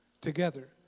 Together